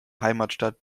heimatstadt